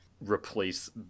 replace